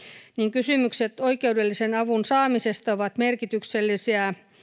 kysymykset oikeudellisen avun saamisesta ovat merkityksellisiä